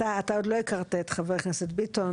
אתה עוד לא הכרת את חבר הכנסת ביטון.